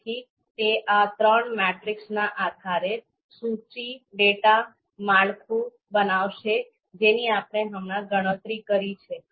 તેથી તે આ ત્રણ મેટ્રિક્સના આધારે સૂચિ ડેટા માળખું બનાવશે જેની આપણે હમણાં ગણતરી કરી છે